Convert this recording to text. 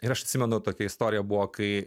ir aš atsimenu tokia istorija buvo kai